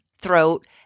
throat